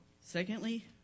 Secondly